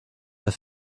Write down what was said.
der